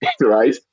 right